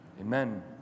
Amen